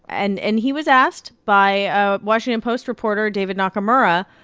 and and he was asked by a washington post reporter, david nakamura,